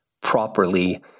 properly